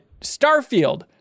Starfield